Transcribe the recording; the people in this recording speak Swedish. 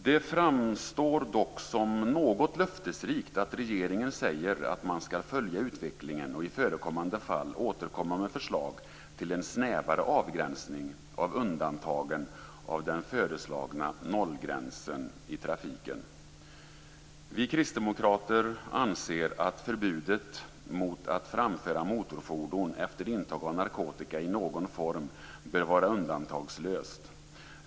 Det framstår dock som något löftesrikt att regeringen säger att man skall följa utvecklingen och i förekommande fall återkomma med förslag till en snävare avgränsning av undantagen till den föreslagna nollgränsen i trafiken. Vi kristdemokrater anser att förbudet mot att framföra motorfordon efter intag av narkotika i någon form bör vara undantagslöst.